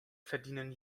verdienen